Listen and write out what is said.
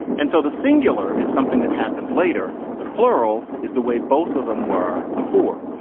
and so the singular is something that happened later. the plural is the way both of them were before.